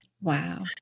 Wow